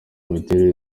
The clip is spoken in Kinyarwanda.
bitemewe